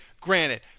granted